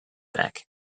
back